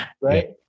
Right